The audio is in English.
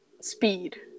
speed